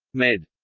med.